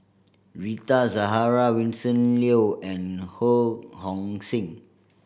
Rita Zahara Vincent Leow and Ho Hong Sing